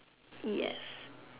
yes